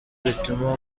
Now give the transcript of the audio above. bituma